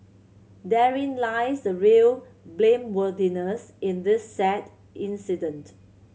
therein lies the real blameworthiness in this sad incident